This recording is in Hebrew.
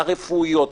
הרפואיות,